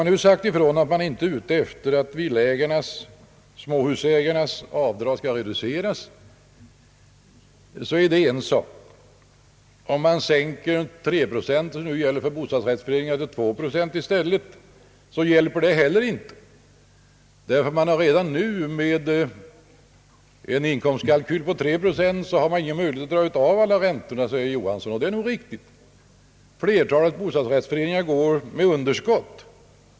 Att säga ifrån att man inte är ute efter att reducera småhusägarnas avdrag är en sak. Att minska beräkningsgrunden för bostadsrättsföreningarnas inkomster från nuvarande 3 procent till 2 hjälper inte. Inte heller när det kalkyleras med 3 procent finns det möjlighet att dra av alla räntor, sade herr Johansson, och det är nog riktigt. Flertalet bostadsrättsföreningar går med underskott.